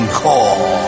call